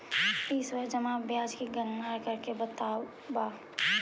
इस बार की जमा ब्याज की गणना करके बतावा